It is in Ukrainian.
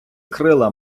крила